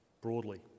broadly